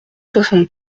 soixante